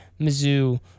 Mizzou